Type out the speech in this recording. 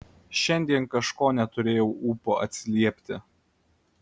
šiandien kažko neturėjau ūpo atsiliepti